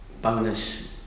bonus